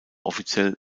offiziell